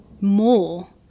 more